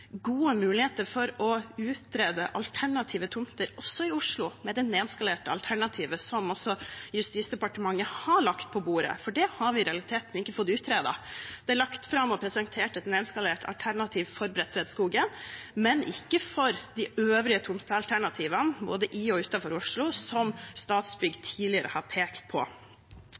utrede alternative tomter også i Oslo med det nedskalerte alternativet som Justisdepartementet også har lagt på bordet. Det har vi i realiteten ikke fått utredet. Det er lagt fram og presentert et nedskalert alternativ for Bredtvedtskogen, men ikke for de øvrige tomtealternativene både i og utenfor Oslo som Statsbygg tidligere har pekt på.